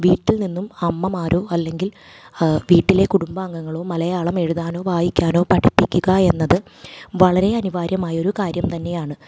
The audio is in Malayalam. വീട്ടിൽ നിന്നും അമ്മമാരോ അല്ലെങ്കിൽ വീട്ടിലെ കുടുംബാംഗങ്ങളോ മലയാളം എഴുതാനോ വായിക്കാനോ പഠിപ്പിക്കുക എന്നത് വളരെ അനിവാര്യമായൊരു കാര്യം തന്നെയാണ്